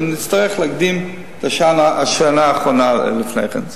אם נצטרך להקדים לשנה האחרונה לפני כן.